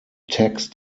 text